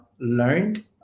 learned